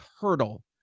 hurdle